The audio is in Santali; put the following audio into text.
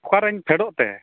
ᱚᱠᱟᱨᱮᱧ ᱯᱷᱮᱰᱚᱜ ᱛᱮ